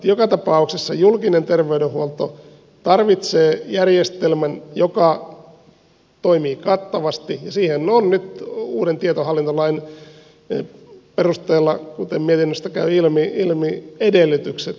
joka tapauksessa julkinen terveydenhuolto tarvitsee järjestelmän joka toimii kattavasti ja siihen on nyt uuden tietohallintolain perusteella kuten mietinnöstä käy ilmi edellytykset